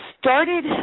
Started